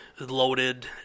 Loaded